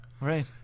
Right